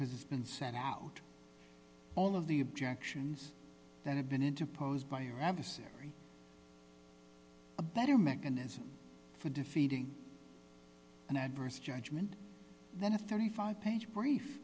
because it's been sent out all of the objections that have been into posed by your adversary a better mechanism for defeating an adverse judgment than a thirty five page